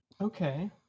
okay